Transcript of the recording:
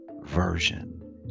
version